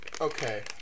okay